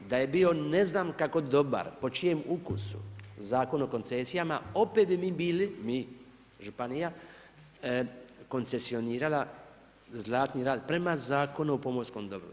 Da je bio ne znam kako dobar, po čijem ukusu Zakon o koncesijama opet mi bi bili, mi županija, koncesionirala Zlatni rat prema Zakonu o pomorskom dobru.